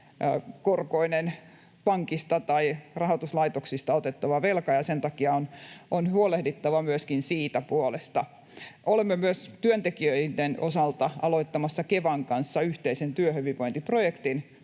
normaalikorkoinen pankista tai rahoituslaitoksista otettava velka, ja sen takia on huolehdittava myöskin siitä puolesta. Olemme myös työntekijöiden osalta aloittamassa Kevan kanssa yhteisen työhyvinvointiprojektin,